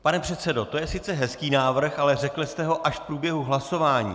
Pane předsedo, to je sice hezký návrh, ale řekl jste ho až v průběhu hlasování.